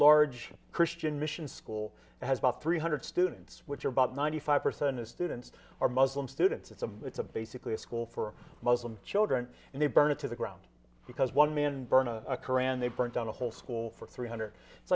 large christian mission school has about three hundred students which are about ninety five percent of students are muslim students it's a it's a basically a school for muslim children and they burn to the ground because one man burn a qur'an they burn down the whole school for three hundred